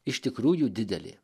iš tikrųjų didelė